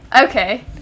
Okay